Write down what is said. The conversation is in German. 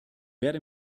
werde